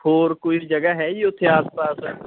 ਹੋਰ ਕੋਈ ਜਗ੍ਹਾ ਹੈ ਜੀ ਉੱਥੇ ਆਸ ਪਾਸ